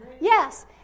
yes